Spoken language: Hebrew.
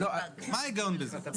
מה ההיגיון בזה?